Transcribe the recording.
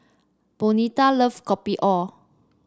Bonita loves Kopi O